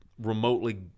Remotely